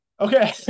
Okay